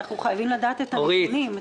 אנחנו חייבים לדעת את הנתונים,